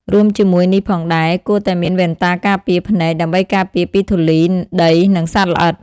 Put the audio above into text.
រួមជាមួយនេះផងដែរ គួរតែមានវ៉ែនតាការពារភ្នែក ដើម្បីការពារពីធូលី ដី និងសត្វល្អិត។